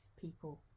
people